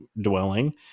dwelling